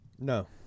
No